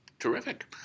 Terrific